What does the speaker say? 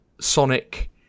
Sonic